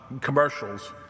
commercials